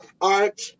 art